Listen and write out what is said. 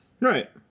Right